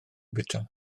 bwyta